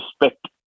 respect